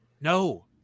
No